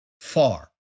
Far